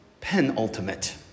penultimate